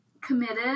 committed